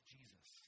Jesus